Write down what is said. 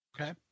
Okay